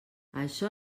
açò